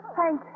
thank